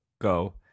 go